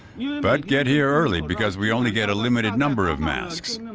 but get here early because we only get a limited number of masks.